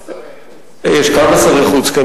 יש כמה שרי חוץ.